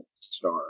star